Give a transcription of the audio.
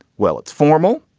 well, it's formal.